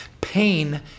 pain